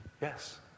Yes